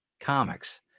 comics